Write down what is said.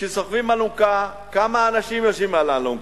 כשסוחבים אלונקה, כמה אנשים יושבים על האלונקה?